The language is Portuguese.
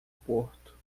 porto